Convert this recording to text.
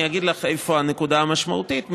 אני אגיד לך איפה הנקודה המשמעותית,